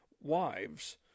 wives